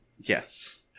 Yes